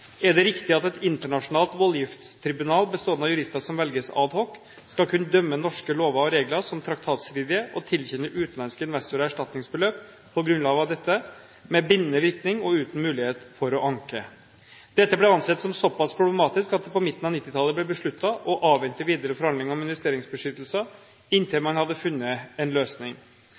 Er det riktig at et internasjonalt voldgiftstribunal, bestående av jurister som velges ad hoc, skal kunne dømme norske lover og regler som traktatstridige og tilkjenne utenlandske investorer erstatningsbeløp på grunnlag av dette, med bindende virkning og uten mulighet for å anke? Dette ble ansett som såpass problematisk at det på midten av 1990-tallet ble besluttet å avvente videre forhandlinger om investeringsbeskyttelsesavtaler inntil man hadde funnet en løsning.